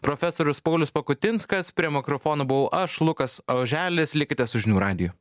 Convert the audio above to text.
profesorius paulius pakutinskas prie mikrofono buvau aš lukas oželis likite su žinių radiju